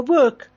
work